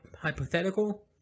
hypothetical